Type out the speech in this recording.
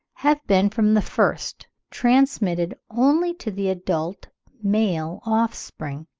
have been from the first transmitted only to the adult male offspring.